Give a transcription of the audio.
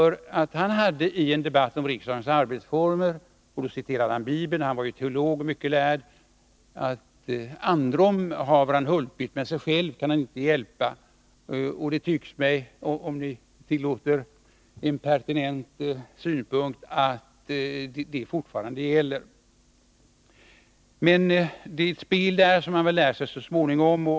Denne hade i en debatt om riksdagens arbetsformer citerat Bibeln — han var teolog och mycket lärd — och sagt: ”Androm haver han hulpit, men sig själv kan hanicke hjälpa.” Det tycks mig— om ni tillåter en impertinent synpunkt — att det fortfarande gäller. Det här är ett spel som man väl lär sig så småningom.